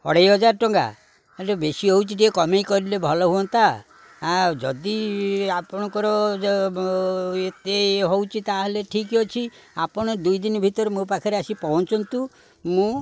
ଅଢ଼େଇ ହଜାର ଟଙ୍କା ଟିକେ ବେଶୀ ହେଉଛି ଟିକେ କମାଇ କରିଲେ ଭଲ ହୁଅନ୍ତା ଆଉ ଯଦି ଆପଣଙ୍କର ଏତେ ହେଉଛି ତାହେଲେ ଠିକ୍ ଅଛି ଆପଣ ଦୁଇ ଦିନ ଭିତରେ ମୋ ପାଖରେ ଆସି ପହଞ୍ଚନ୍ତୁ ମୁଁ